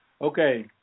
Okay